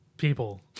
people